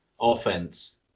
offense